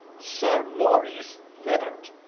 sir maurice vibart!